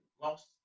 lost